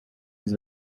his